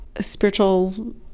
spiritual